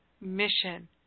mission